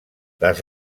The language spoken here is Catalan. les